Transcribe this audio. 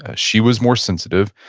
ah she was more sensitive,